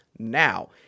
Now